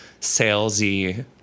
salesy